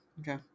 Okay